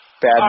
Bad